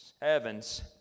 Heavens